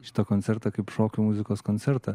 šitą koncertą kaip šokių muzikos koncertą